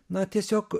na tiesiog